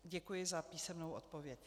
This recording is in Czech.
Děkuji za písemnou odpověď.